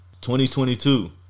2022